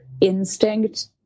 instinct